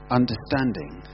understanding